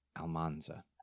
Almanza